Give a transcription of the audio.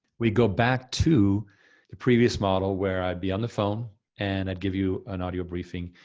we go back to the previous model where i'd be on the phone and i'd give you an audio briefing,